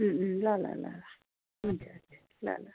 ल ल ल हुन्छ हुन्छ ल ल